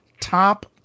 top